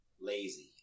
Lazy